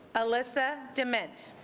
alyssa dement